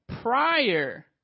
prior